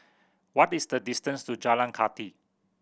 what is the distance to Jalan Kathi